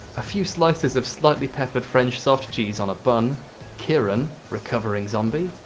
a few slices of slightly peppered french soft cheese on a bun kieran, recovering zombie,